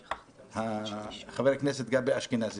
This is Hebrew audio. שר החוץ חבר הכנסת גבי אשכנזי